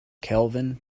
kelvin